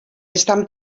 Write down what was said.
estan